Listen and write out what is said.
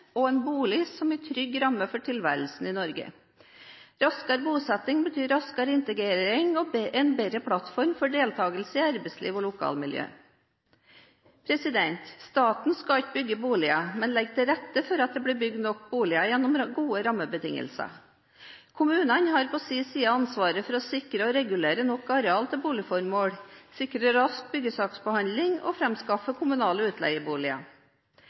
og en bolig som en trygg ramme for tilværelsen i Norge. Raskere bosetting betyr raskere integrering og en bedre plattform for deltagelse i arbeidsliv og lokalmiljø. Staten skal ikke bygge boliger, men legge til rette for at det blir bygd nok boliger gjennom gode rammebetingelser. Kommunene har på sin side ansvaret for å sikre og regulere nok areal til boligformål, sikre rask byggesaksbehandling og framskaffe kommunale utleieboliger.